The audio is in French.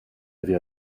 avez